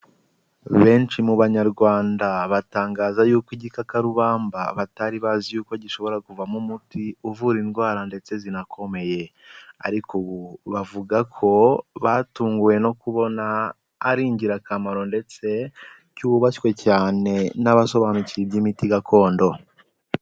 Benshi mu banyarwanda batangaza yuko igikakarubamba batari bazi yuko gishobora kuvamo umuti uvura indwara ndetse zinakomeye. Ariko ubu bavuga ko batunguwe no kubona ari ingirakamaro ndetse cyubashywe cyane n'abasobanukiwe iby'imiti gakondo.